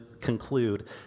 conclude